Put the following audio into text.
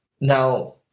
Now